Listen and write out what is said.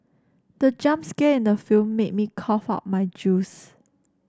the jump scare in the film made me cough out my juice